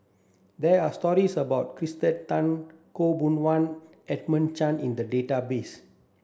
there are stories about Kirsten Tan Khaw Boon Wan and Edmund Chen in the database